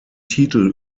titel